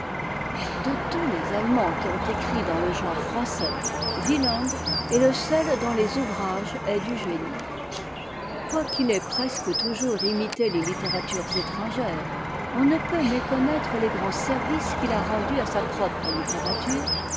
de tous les allemands qui ont écrit dans le gtnre français wieland est le seul dont les ouvrages aient du génie et quoiqu'il ait presque toujours imité les littératures étrangères on ne peut méconnaître les grands services qu'il a rendus à sa propre littérature